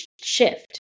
shift